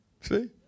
See